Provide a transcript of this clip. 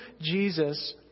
Jesus